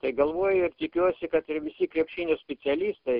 tai galvoju ir tikiuosi kad ir visi krepšinio specialistai